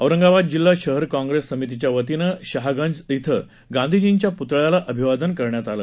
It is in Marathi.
औरंगाबाद जिल्हा शहर कॉंग्रेस समितीच्या वतीनं शहागंज इथं गांधीजींच्या पुतळ्याला अभिवादन करण्यात आलं